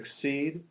succeed